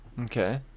Okay